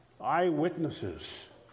Eyewitnesses